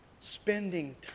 Spending